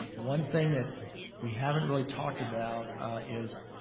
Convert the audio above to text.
one thing that we haven't really talked about is,